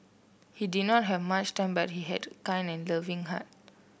he did not have much time but he had a kind and loving heart